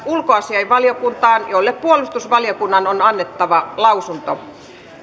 ulkoasiainvaliokuntaan jolle puolustusvaliokunnan on annettava lausunto